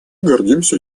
гордимся